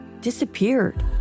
disappeared